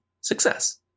success